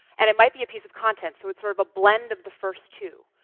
and it might be a piece of content, so it's sort of a blend of the first two.